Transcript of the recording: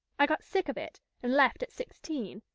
i got sick of it, and left at sixteen,